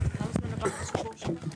כמה זמן עבר מהשחרור שלך?